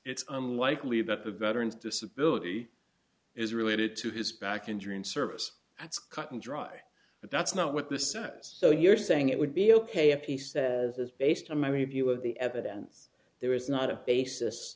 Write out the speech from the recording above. it's unlikely that the veterans disability is related to his back injury and service that's cut and dry but that's not what the senate is so you're saying it would be ok if he says this based on my review of the evidence there is not a basis